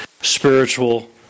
spiritual